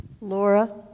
Laura